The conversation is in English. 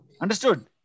Understood